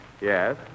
Yes